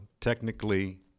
technically